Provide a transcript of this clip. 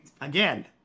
again